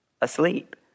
asleep